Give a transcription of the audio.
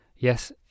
yes